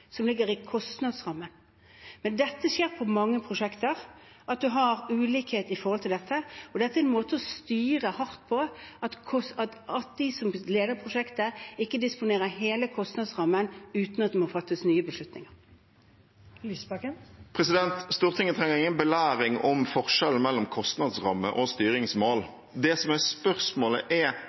som ligger i kostnadsrammen. Men det skjer med mange prosjekter at man har ulikhet når det gjelder dette. Og dette er en måte å styre hardt på – at de som leder prosjektet, ikke disponerer hele kostnadsrammen uten at det må fattes nye beslutninger. Det blir oppfølgingsspørsmål – først Audun Lysbakken. Stortinget trenger ingen belæring om forskjellene mellom kostnadsramme og styringsmål. Spørsmålet er